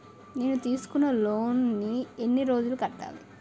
నేను తీసుకున్న లోన్ నీ ఎన్ని రోజుల్లో కట్టాలి?